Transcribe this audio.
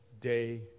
day